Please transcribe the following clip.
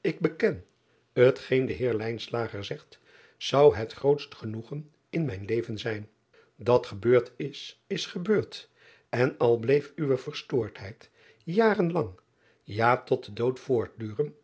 ik beken hetgeen de eer zegt zou het grootst genoegen in mijn leven zijn at gebeurd is is gebeurd en al bleef uwe verstoordheid jaren lang ja tot den dood voortduren